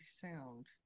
sound